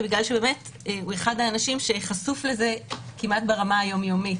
ובגלל שהוא אחד האנשים שחשוף לזה כמעט ברמה היום יומית,